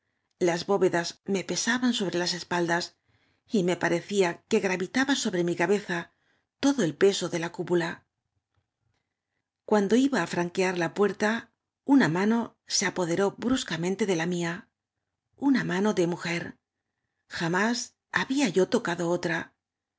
las bóvedas me pesaban sobre las espal das y me parecía que gravitaba sobre mí cabe za todo el peso de la cúpula cuando iba á craoqaear la puerta una mano se apoderó bruscamente de la roía noa mano de mujer jamá i había yo tocado otra